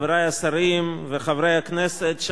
חברי השרים וחברי הכנסת,